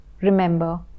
remember